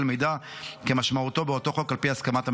מידע כמשמעותו באותו חוק על פי הסכמת המטופל.